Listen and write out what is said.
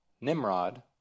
Nimrod